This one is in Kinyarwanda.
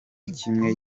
kimwe